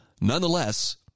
Nonetheless